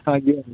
ਹਾਂਜੀ ਹਾਂਜੀ